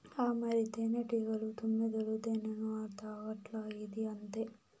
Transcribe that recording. ఆ మరి, తేనెటీగలు, తుమ్మెదలు తేనెను తాగట్లా, ఇదీ అంతే